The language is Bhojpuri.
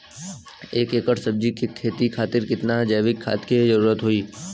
एक एकड़ सब्जी के खेती खातिर कितना जैविक खाद के जरूरत होई?